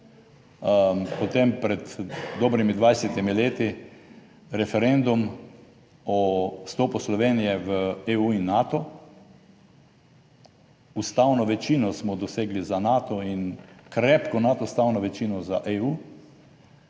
Potem pred dobrimi 20 leti referendum o vstopu Slovenije v EU in Nato. Ustavno večino smo dosegli za Nato in krepko nad ustavno večino za EU.